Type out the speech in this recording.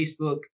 Facebook